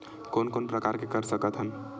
कोन कोन प्रकार के कर सकथ हन?